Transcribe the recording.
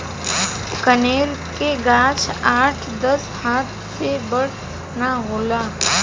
कनेर के गाछ आठ दस हाथ से बड़ ना होला